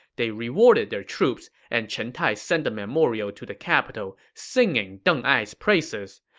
they rewarded their troops, and chen tai sent a memorial to the capital singing deng ai's praises.